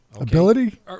Ability